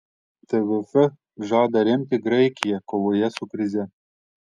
tvf žada remti graikiją kovoje su krize